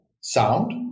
sound